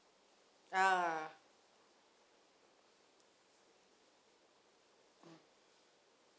ah mm